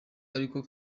ariko